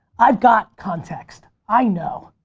i've got context. i know.